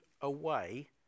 away